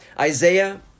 Isaiah